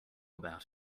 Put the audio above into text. about